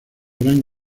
gran